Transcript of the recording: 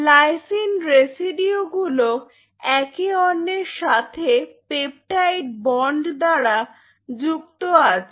lysine residue গুলো একে অন্যের সাথে Refer Time 0608 পেপটাইড বন্ড দ্বারা যুক্ত আছে